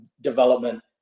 development